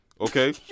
Okay